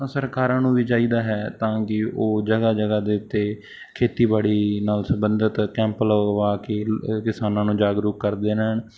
ਤਾਂ ਸਰਕਾਰਾਂ ਨੂੰ ਵੀ ਚਾਹੀਦਾ ਹੈ ਤਾਂ ਕਿ ਉਹ ਜਗ੍ਹਾ ਜਗ੍ਹਾ ਦੇ ਉੱਤੇ ਖੇਤੀਬਾੜੀ ਨਾਲ ਸੰਬੰਧਿਤ ਕੈਂਪ ਲਗਵਾ ਕੇ ਕਿਸਾਨਾਂ ਨੂੰ ਜਾਗਰੂਕ ਕਰਦੇ ਰਹਿਣ